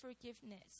forgiveness